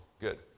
Good